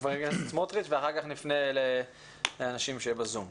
ח"כ סמוטריץ' ואחר כך נפנה לאנשים שנמצאים בזום.